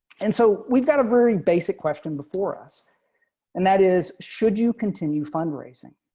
and so we've got a very basic question before us and that is should you continue fundraising.